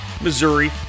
Missouri